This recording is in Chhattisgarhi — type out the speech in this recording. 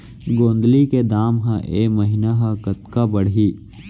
गोंदली के दाम ह ऐ महीना ह कतका बढ़ही?